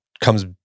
comes